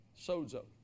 Sozo